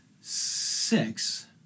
six